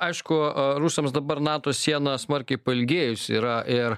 aišku rusams dabar nato siena smarkiai pailgėjus yra ir